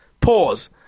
Pause